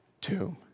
tomb